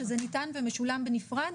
שזה ניתן ומשולם בנפרד,